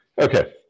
Okay